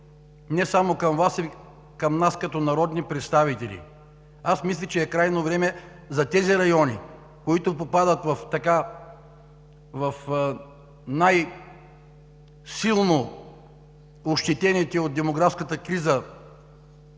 не само към Вас, а към нас като народни представители. Аз мисля, че е крайно време за тези райони, попадащи в най-силно ощетените от демографската криза